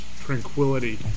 tranquility